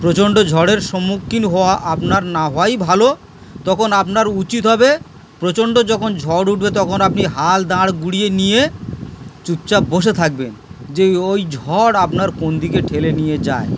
প্রচণ্ড ঝড়ের সম্মুখীন হওয়া আপনার না হওয়াই ভালো তখন আপনার উচিৎ হবে প্রচণ্ড যখন ঝড় উঠবে তখন আপনি হাল দাঁড় ঘুরিয়ে নিয়ে চুপচাপ বসে থাকবেন যে ওই ঝড় আপনার কোন দিকে ঠেলে নিয়ে যায়